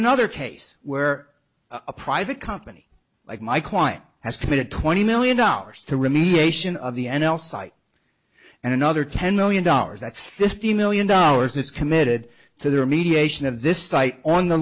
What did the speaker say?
another case where a private company like my client has committed twenty million dollars to remediation of the n l site and another ten million dollars that's fifty million dollars it's committed to their mediation of this site on the